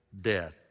death